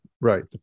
right